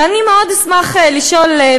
ואני מאוד אשמח לשאול,